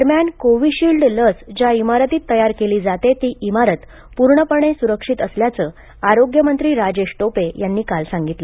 दरम्यान कोविशिल्ड लस ज्या इमारतीत तयार केली जाते ती इमारत पूर्णपणे सुरक्षित असल्याचे आरोग्य मंत्री राजेश टोपे यांनी काल सांगितले